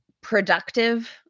productive